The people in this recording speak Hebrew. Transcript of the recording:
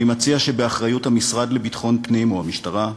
אני מציע שבאחריות המשרד לביטחון פנים, או המשטרה,